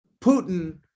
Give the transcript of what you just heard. Putin